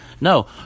No